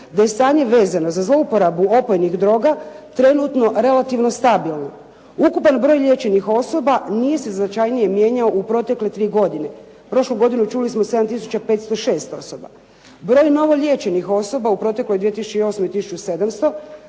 da je stanje vezano za zlouporabu opojnih droga trenutno relativno stabilno. Ukupan broj liječenih osoba nije se značajnije mijenjao u protekle tri godine. Prošlu godinu čuli smo 7 tisuća 506 osoba. Broj novoliječenih osoba u protekloj 2008. tisuću